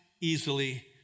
easily